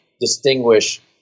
distinguish